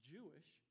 Jewish